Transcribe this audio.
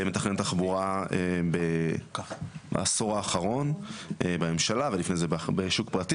מתכנן תחבורה ככה בעשור האחרון בממשלה ולפני זה בשוק פרטי,